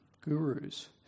gurus